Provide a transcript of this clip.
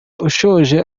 ushaje